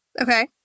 Okay